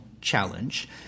challenge